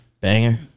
Banger